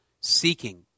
seeking